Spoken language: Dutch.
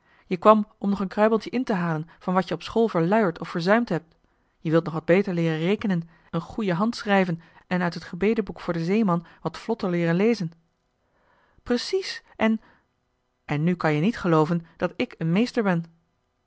je kwam om nog een kruimeltje in te halen van wat je op school verluierd of verzuimd hebt je wilt nog wat beter leeren rekenen een goeie hand schrijven en uit het gebedenboek voor den zeeman wat vlotter leeren lezen precies en en nu kan-je niet gelooven dat ik een meester ben